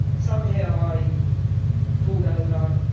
somehow i pulled over,